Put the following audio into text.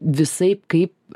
visaip kaip